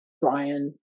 Brian